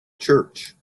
church